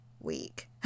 week